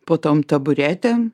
po tom taburetėm